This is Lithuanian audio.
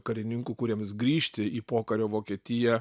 karininkų kuriems grįžti į pokario vokietiją